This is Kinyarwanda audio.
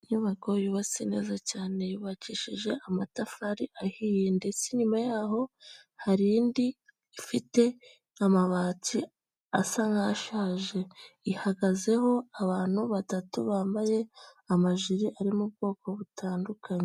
Inyubako yubatse neza cyane yubakishije amatafari ahiye ndetse inyuma yaho hari indi ifite amabati asa nk'ashaje, ihagazeho abantu batatu bambaye amajire ari mu bwoko butandukanye.